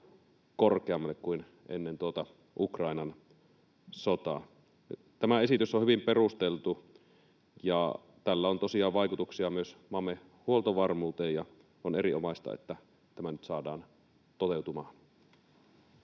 korkeammalle kuin ennen Ukrainan sotaa. Tämä esitys on hyvin perusteltu, tällä on tosiaan vaikutuksia myös maamme huoltovarmuuteen, ja on erinomaista, että tämä nyt saadaan toteutumaan.